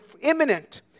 Imminent